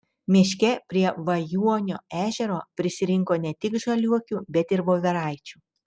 miške prie vajuonio ežero prisirinko ne tik žaliuokių bet ir voveraičių